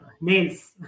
nails